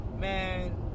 Man